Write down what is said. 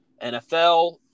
NFL